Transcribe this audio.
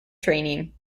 training